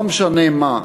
לא משנה מה,